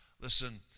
Listen